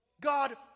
God